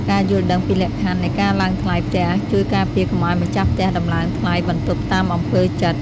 ការយល់ដឹងពីលក្ខខណ្ឌនៃការឡើងថ្លៃផ្ទះជួយការពារកុំឱ្យម្ចាស់ផ្ទះតម្លើងថ្លៃបន្ទប់តាមអំពើចិត្ត។